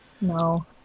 No